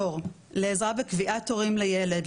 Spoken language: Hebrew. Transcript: תור לעזרה וקביעת תורים לילד,